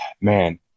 man